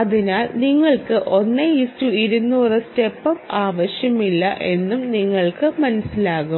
അതിനാൽ നിങ്ങൾക്ക് 1200 step up ആവശ്യമില്ല എന്നും നിങ്ങൾക്ക് മനസ്സിലാകും